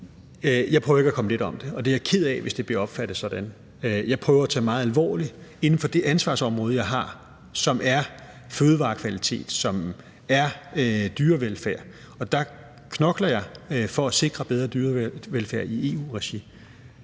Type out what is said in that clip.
Jeg prøver ikke at komme let om det, og jeg er ked af, hvis det bliver opfattet sådan. Jeg prøver at tage det meget alvorligt inden for det ansvarsområde, jeg har, som er fødevarekvalitet, som er dyrevelfærd, og der knokler jeg for at sikre en bedre dyrevelfærd i EU-regi.